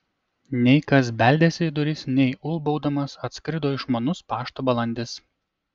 nei kas beldėsi į duris nei ulbaudamas atskrido išmanus pašto balandis